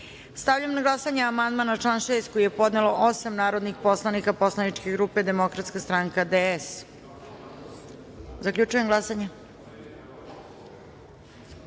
amandman. Stavljam na glasanje amandman na član 4. koji je podnelo osam narodnih poslanika poslaničke grupe Demokratska stranka Srbije - DS.Zaključujem glasanje: